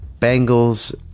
Bengals